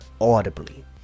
Audibly